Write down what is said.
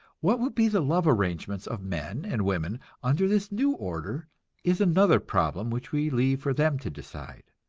what will be the love arrangements of men and women under this new order is another problem which we leave for them to decide,